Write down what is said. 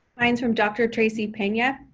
mine's from dr. tracy pene. yeah